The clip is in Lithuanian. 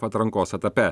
atrankos etape